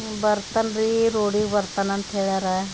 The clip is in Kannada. ಬರ್ತಾನ್ರಿ ಈ ರೋಡಿಗೆ ಬರ್ತಾನಂತ ಹೇಳ್ಯಾರ